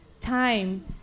time